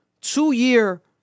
two-year